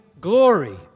glory